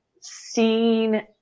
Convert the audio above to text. seen